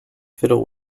fiddle